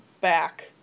back